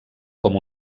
com